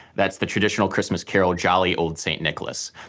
that's the traditional christmas carol jolly old st. nicolas.